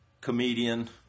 comedian